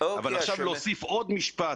אבל עכשיו להוסיף עוד משפט